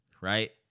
right